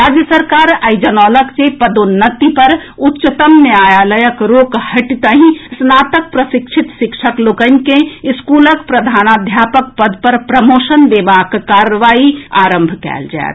राज्य सरकार आई जनौलक जे पदोन्नति पर उच्चतम न्यायालयक रोक हटितहि स्नातक प्रशिक्षित शिक्षक लोकनि के स्कूलक प्रधानाध्यापक पद पर प्रमोशन देबाक कार्रवाई आरंभ कएल जाएत